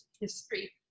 history